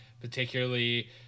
particularly